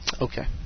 Okay